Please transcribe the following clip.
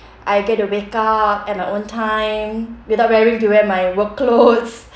I get to wake up at my own time without wearing to wear my work clothes